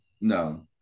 no